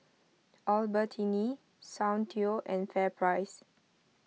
Albertini Soundteoh and Fair Price